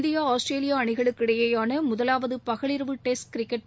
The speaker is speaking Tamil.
இந்தியா ஆஸ்திரேலியா அணிகளுக்கு இடையிலான முதலாவது பகலிரவு டெஸ்ட் கிரிக்கெட்